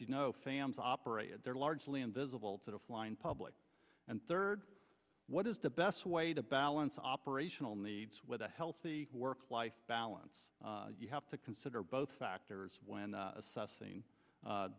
operated they're largely invisible to the flying public and third what is the best way to balance operational needs with a healthy work life balance you have to consider both factors when